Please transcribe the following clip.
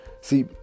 See